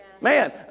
Man